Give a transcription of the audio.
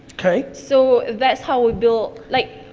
so, that's how we built, like.